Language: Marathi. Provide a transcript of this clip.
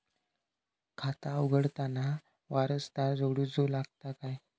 खाता उघडताना वारसदार जोडूचो लागता काय?